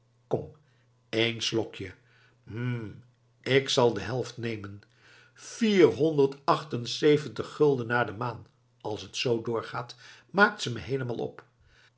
kom één slokje hmm k zal de helft nemen vier honderd acht en zeventig gulden naar de maan als t zoo doorgaat maakt ze me heelemaal op